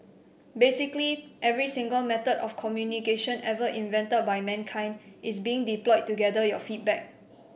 basically every single method of communication ever invented by mankind is being deployed to gather your feedback